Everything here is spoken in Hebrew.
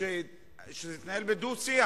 שזה יתנהל בדו-שיח,